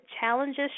challenges